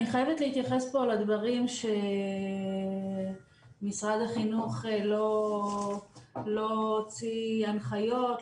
אני חייבת להתייחס פה לדברים שמשרד החינוך לא הוציא הנחיות,